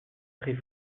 très